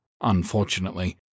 Unfortunately